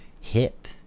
hip